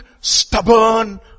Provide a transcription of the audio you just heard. stubborn